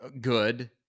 Good